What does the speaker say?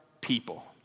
people